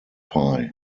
pie